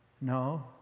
No